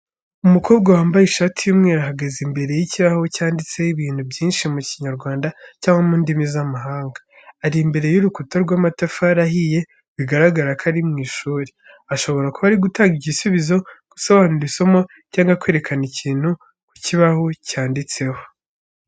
Umukobwa wambaye ishati y'umweru ahagaze imbere y'ikibaho cyanditseho ibintu byinshi mu Kinyarwanda cyangwa mu ndimi z'amahanga. Ari imbere y'urukuta rw'amatafari ahiye biragaragara ko ari mu ishuri, ashobora kuba ari gutanga igisubizo, gusobanura isomo cyangwa kwerekana ikintu ku kibaho cyanditseho.